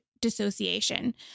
dissociation